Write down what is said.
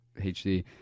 HD